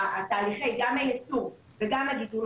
גם תהליכי הייצור וגם הגידול,